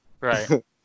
Right